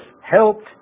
helped